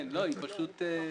זה עומס נפשי.